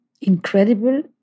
incredible